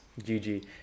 GG